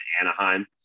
Anaheim